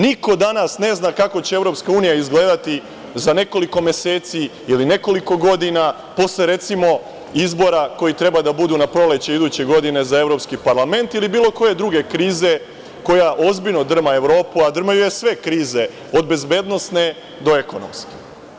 Niko danas ne zna kako će EU izgledati za nekoliko meseci ili nekoliko godina posle, recimo, izbora koji treba da budu na proleće iduće godine za evropski parlament ili bilo koje druge krize koja ozbiljno drma Evropu, a drmaju je sve krize, od bezbednosne do ekonomske.